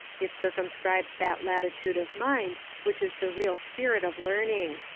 it circumscribes that latitude of mind which is the real spirit of learning.